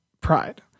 Pride